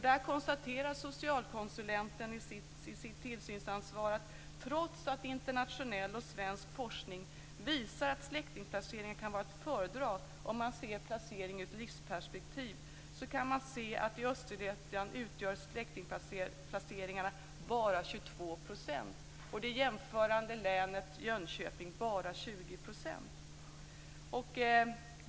Där konstaterar socialkonsulenten med tillsynsansvar att trots att internationell och svensk forskning visar att släktingplacering kan vara att föredra sett i ett livsperspektiv, utgör släktingplaceringar i Östergötland bara 22 % av placeringarna och i det jämförbara länet Jönköping 20 %.